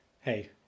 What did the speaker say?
hey